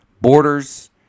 borders